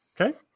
Okay